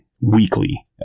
weekly